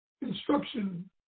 instruction